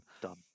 done